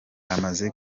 amaze